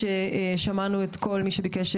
מאוד חשוב שנעשה פה הליך